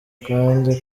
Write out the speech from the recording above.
kandi